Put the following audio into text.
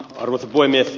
arvoisa puhemies